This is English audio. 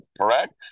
correct